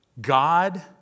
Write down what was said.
God